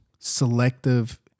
selective